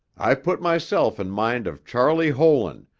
i put myself in mind of charley holan,